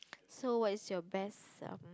so what is your best um